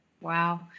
Wow